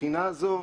מהבחינה הזו,